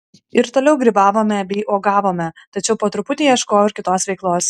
ir toliau grybavome bei uogavome tačiau po truputį ieškojau ir kitos veiklos